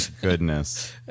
goodness